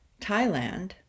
Thailand